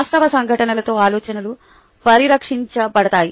వాస్తవ సంఘటనలతో ఆలోచనలు పరీక్షించబడతాయి